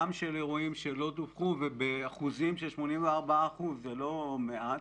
גם של אירועים שלא דווחו ומדובר ב-84 אחוזים שזה לא מעט.